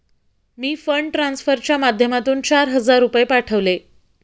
मी fund ट्रान्सफरच्या माध्यमातून चार हजार रुपये पाठवले